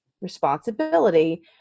responsibility